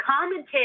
commented